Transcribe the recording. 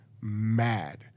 mad